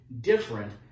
different